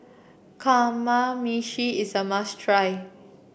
Kamameshi is a must try